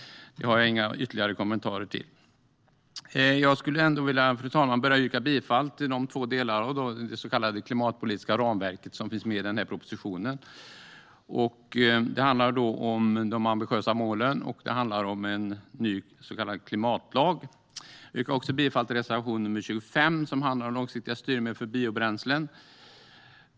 Jag har inga ytterligare kommentarer till det. Fru talman! Jag skulle vilja yrka bifall till två delar av det så kallade klimatpolitiska ramverk som finns med i den här propositionen. Det handlar om de ambitiösa målen och om en ny så kallad klimatlag. Jag yrkar också bifall till reservation nr 25, som handlar om långsiktiga styrmedel för biobränslen.